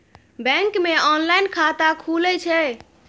Bank मे online खाता खुले छै?